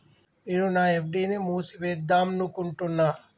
నేను నా ఎఫ్.డి ని మూసివేద్దాంనుకుంటున్న